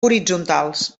horitzontals